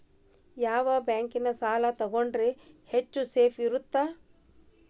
ಯಾವ ಬ್ಯಾಂಕಿನ ಸಾಲ ತಗೊಂಡ್ರೆ ಹೆಚ್ಚು ಸೇಫ್ ಇರುತ್ತಾ?